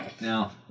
Now